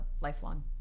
lifelong